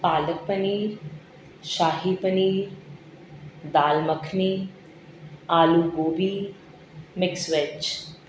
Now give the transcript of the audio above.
palak paneer shahi paneer dal makhani aloo gobi mix veg